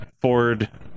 Ford